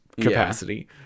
capacity